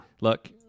look